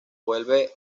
vuelve